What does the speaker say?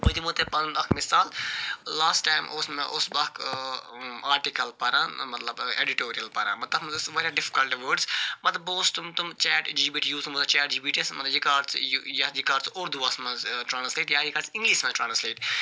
بہٕ دِمو تۄہہِ پَنُن اکھ مِثال لاسٹ ٹایِم اوس مےٚ اوس بہٕ اکھ آرٹِکل پَران مَطلَب اٮ۪ڈِٹوریَل پران مگر تتھ مَنٛز ٲسۍ واریاہ ڈِفکَلٹ وٲڈس بہٕ اوسُس تِم تِم چیٹ جی بی ٹی اوس ونان ChatGPT yes مَطلَب یہِ کڑ ژٕ یہِ یہِ کر ژٕ اردُوَس مَنٛز ٹرٛانٕسلیٹ یا یہِ کر ژٕ اِنٛگلِش مَنٛز ٹرٛانٕسلیٹ